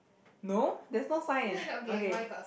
no there's no sign okay